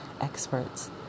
experts